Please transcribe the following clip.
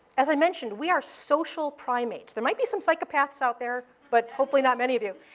as i mentioned, we are social primates. there might be some psychopaths out there, but hopefully not many of you.